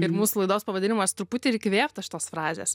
ir mūsų laidos pavadinimas truputį ir įkvėptas šitos frazės